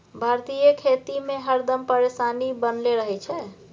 भारतीय खेती में हरदम परेशानी बनले रहे छै